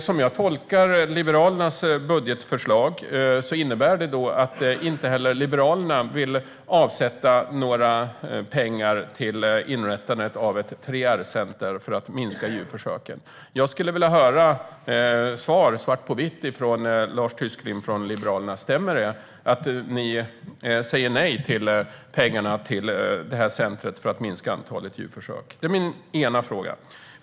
Som jag tolkar Liberalernas budgetförslag innebär det att inte heller Liberalerna vill avsätta några pengar till inrättandet av ett 3R-center för att minska djurförsöken. Jag skulle vilja höra direkt från Lars Tysklind: Stämmer det att Liberalerna säger nej till pengar till ett center för att minska antalet djurförsök?